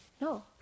No